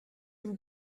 vous